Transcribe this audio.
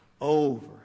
over